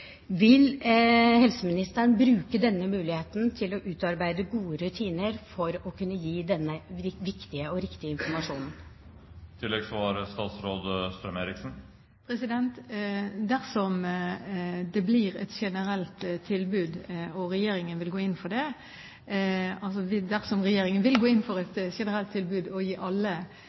Vil helseministeren bruke denne muligheten til å utarbeide gode rutiner for å kunne gi denne viktige og riktige informasjonen? Dersom regjeringen vil gå inn for et generelt tilbud og gi alle tidlig ultralyd, er det klart at det også vil kreve at man gir god informasjon og god veiledning i